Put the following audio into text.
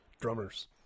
drummers